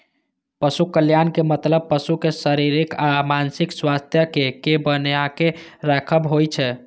पशु कल्याणक मतलब पशुक शारीरिक आ मानसिक स्वास्थ्यक कें बनाके राखब होइ छै